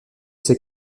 c’est